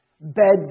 Beds